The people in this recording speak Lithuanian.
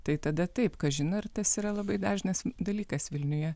tai tada taip kažin ar tas yra labai dažnas dalykas vilniuje